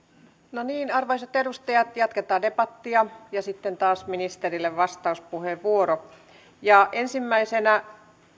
no niin arvoisat edustajat jatketaan debattia ja sitten taas ministerille vastauspuheenvuoro ensimmäisenä